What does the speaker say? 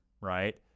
right